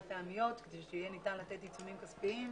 פעמיות כדי שיהיה ניתן לתת עיצומים כספיים.